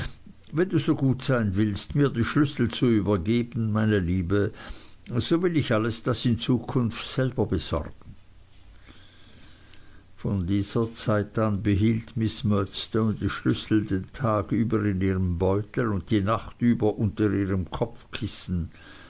wenn du so gut sein willst mir die schlüssel zu übergeben meine liebe so will ich alles das in zukunft selber besorgen von dieser zeit an behielt miß murdstone die schlüssel den tag über in ihrem beutel und die nacht über unter ihrem kopfkissen